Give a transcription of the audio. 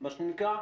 מה שנקרא?